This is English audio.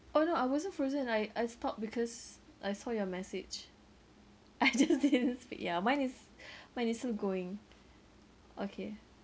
oh no I wasn't frozen I I stopped because I saw your message I just didn't speak ya mine is my this one going okay